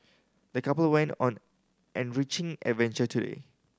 the couple went on enriching adventure